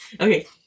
Okay